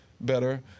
better